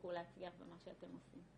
שתמשיכו להצליח במה שאתם עושים.